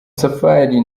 safari